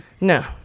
No